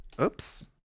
Oops